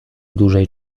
dużej